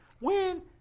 win